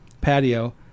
patio